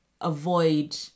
avoid